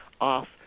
off